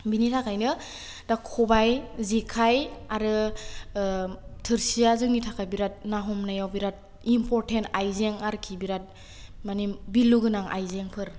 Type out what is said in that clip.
बेनि थाखायनो दा खबाइ जेखाइ आरो थोरसिया जोंनि थाखाय बिराथ ना हमनायाव बिराथ इमपरटेन्ट आइजें आरोखि बिराथ मानि बेलु गोनां आइजेंफोर